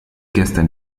gestern